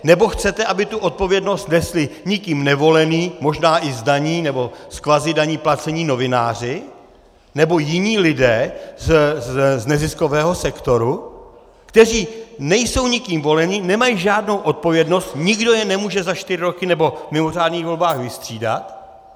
Nebo chcete, aby tu odpovědnost nesli nikým nevolení, možná i z daní nebo z kvazidaní placení novináři nebo jiní lidé z neziskového sektoru, kteří nejsou nikým voleni, nemají žádnou odpovědnost, nikdo je nemůže za čtyři roky nebo v mimořádných volbách vystřídat?